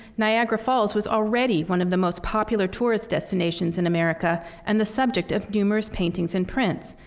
niagara falls was already one of the most popular tourist destinations in america and the subject of numerous paintings and prints.